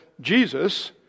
Jesus